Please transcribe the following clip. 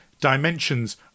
Dimensions